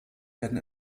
werden